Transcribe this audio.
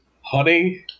honey